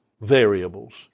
variables